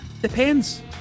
Depends